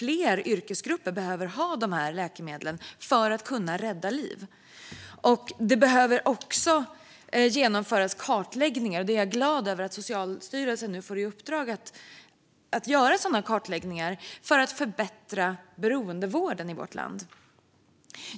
Fler yrkesgrupper behöver dessa läkemedel för att kunna rädda liv. Jag är glad över att Socialstyrelsen får i uppdrag att göra kartläggningar för att förbättra beroendevården i vårt land.